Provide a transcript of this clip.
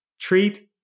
Treat